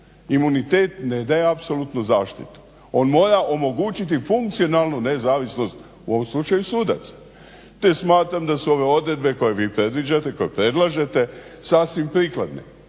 Imunitet ne daje apsolutnu zaštitu, on mora omogućiti funkcionalnu nezavisnost u ovom slučaju sudaca te smatram da su ove odredbe koje vi predviđate i koje predlažete sasvim prikladne,